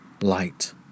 light